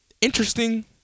interesting